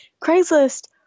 Craigslist